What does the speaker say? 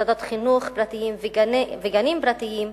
מוסדות חינוך פרטיים וגנים פרטיים,